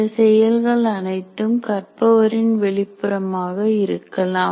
இந்த செயல்கள் அனைத்தும் கற்பவரின் வெளிப்புறமாக இருக்கலாம்